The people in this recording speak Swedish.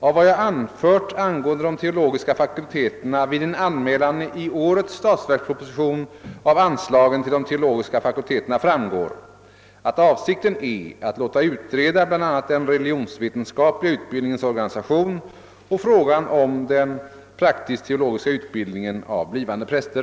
Av vad jag anfört angående de teologiska fakulteterna vid min anmälan i årets statsverksproposition av anslagen till Teologiska fakulteterna framgår att avsikten är att låta utreda bl.a. den religionsvetenskapliga utbildningens organisation och frågan om den praktisk-teologiska utbildningen av blivande präster.